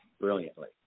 brilliantly